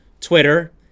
Twitter